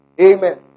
Amen